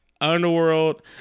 Underworld